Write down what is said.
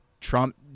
trump